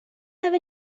have